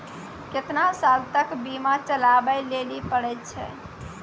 केतना साल तक बीमा चलाबै लेली पड़ै छै?